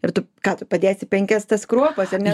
ir tu ką tu padėsi penkias tas kruopas ar ne